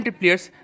players